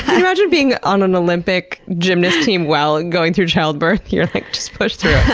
imagine being on an olympic gymnast team while going through childbirth? you're like, just push through it.